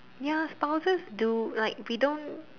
ya spouses do like we don't